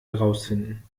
herausfinden